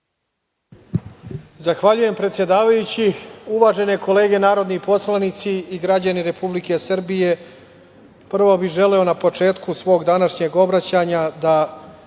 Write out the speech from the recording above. Zahvaljujem, predsedavajući. Uvažene kolege, narodni poslanici i građani Republike Srbije, prvo bih želeo na početku svog današnjeg obraćanja da